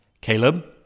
Caleb